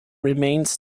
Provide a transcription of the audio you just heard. remains